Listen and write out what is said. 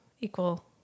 equal